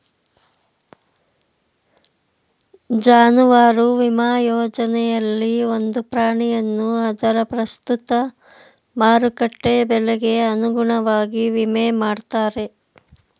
ಜಾನುವಾರು ವಿಮಾ ಯೋಜನೆಯಲ್ಲಿ ಒಂದು ಪ್ರಾಣಿಯನ್ನು ಅದರ ಪ್ರಸ್ತುತ ಮಾರುಕಟ್ಟೆ ಬೆಲೆಗೆ ಅನುಗುಣವಾಗಿ ವಿಮೆ ಮಾಡ್ತಾರೆ